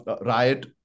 riot